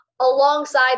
alongside